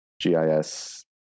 GIS